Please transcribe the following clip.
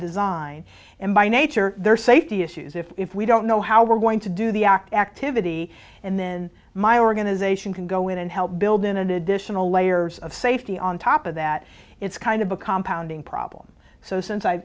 design and by nature there are safety issues if we don't know how we're going to do the act activity and then my organization can go in and help build in additional layers of safety on top of that it's kind of a compounding problem so since i